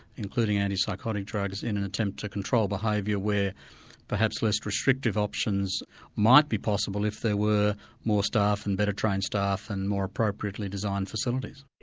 including antipsychotic drugs, in an attempt to control behaviour where perhaps less restrictive options might be possible if there were more staff and better trained staff and more appropriately designed facilities.